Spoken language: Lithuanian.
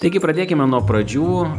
taigi pradėkime nuo pradžių